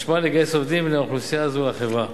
משמע, לגייס עובדים בני האוכלוסייה הזו לחברה.